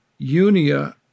Unia